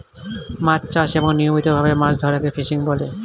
মাছ চাষ এবং নিয়মিত ভাবে মাছ ধরাকে ফিশিং বলে